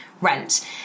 rent